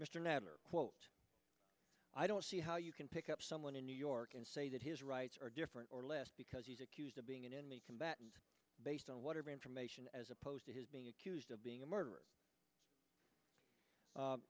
mr natter quote i don't see how you can pick up someone in new york and say that his rights are different or less because he's accused of being an enemy combatant based on whatever information as opposed to his being accused of being a murderer